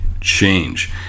change